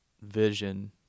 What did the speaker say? vision